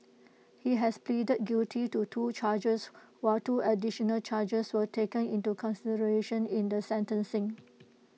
he had pleaded guilty to two charges while two additional charges were taken into consideration in the sentencing